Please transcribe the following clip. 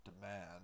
demand